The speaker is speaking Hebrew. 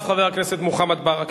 אחריו, חבר הכנסת מוחמד ברכה.